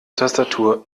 tastatur